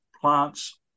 plants